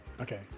Okay